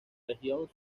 región